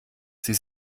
sie